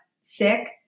sick